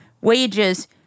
wages